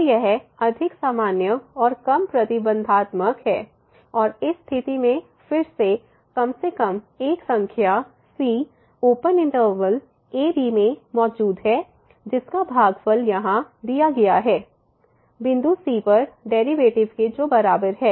तो यह अधिक सामान्य और कम प्रतिबंधात्मक है और इस स्थिति में फिर से कम से कम एक संख्या c open interval a b में मौजूद है जिसका भागफल यहाँ f b f ab a बिंदु c पर डेरिवैटिव के बराबर है